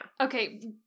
Okay